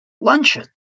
luncheon